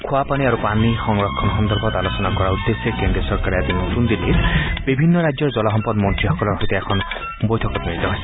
খোৱা পানী আৰু পানী সংৰক্ষণ সন্দৰ্ভত আলোচনা কৰাৰ উদ্দেশ্যে কেন্দ্ৰীয় চৰকাৰে আজি নতুন দিল্লীত বিভিন্ন ৰাজ্যৰ জলসম্পদ মন্ত্ৰীসকলৰ সৈতে এখন বৈঠকত মিলিত হৈছে